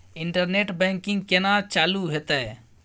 Internet banking केना चालू हेते?